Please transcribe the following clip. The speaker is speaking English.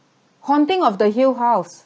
haunting of the hill house